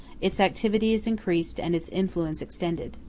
its activity is increased and its influence extended.